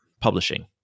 publishing